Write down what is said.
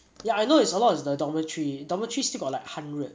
ya I know it's a lot of the dormitory dormitory still got like hundred